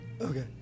Okay